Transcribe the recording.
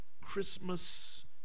Christmas